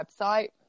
website